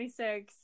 26